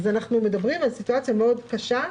אנחנו מדברים על סיטואציה קשה מאוד,